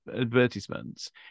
advertisements